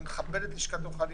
אני מכבד את לשכת עורכי הדין,